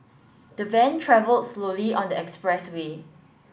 the van travelled slowly on the expressway